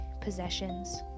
possessions